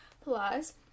Plus